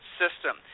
system